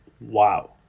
wow